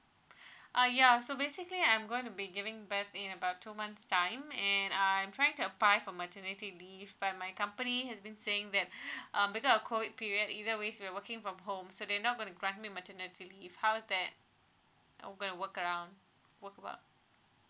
uh ya so basically I'm going to be giving birth in about two months time and I'm trying to apply for maternity leave but my company has been saying that um because of COVID period either ways we are working from home so they not going to grand me maternity leave how's that uh going to work around work about